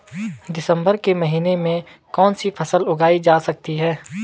दिसम्बर के महीने में कौन सी फसल उगाई जा सकती है?